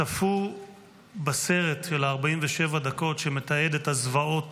רבים מהם צפו בסרט של 47 הדקות שמתעד את הזוועות